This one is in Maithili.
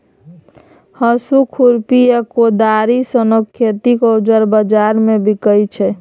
हाँसु, खुरपी आ कोदारि सनक खेतीक औजार बजार मे बिकाइ छै